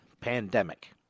Pandemic